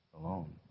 Alone